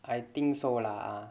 I think so lah ah